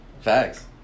Facts